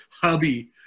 Hubby